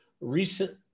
recent